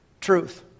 truth